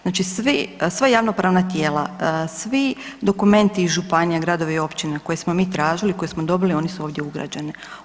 Znači sva javnopravna tijela, svi dokumenti iz županija, gradova, općina koje smo mi tražili koje smo dobili oni su ovdje ugrađeni.